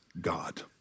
god